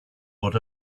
what